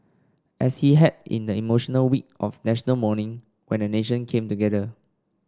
as he had in the emotional week of National Mourning when a nation came together